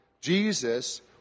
Jesus